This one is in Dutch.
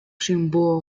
symbool